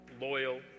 loyal